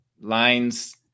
Lines